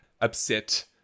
upset